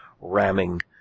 ramming